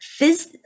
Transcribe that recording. phys